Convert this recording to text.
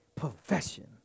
Profession